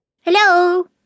Hello